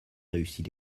réussit